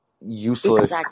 useless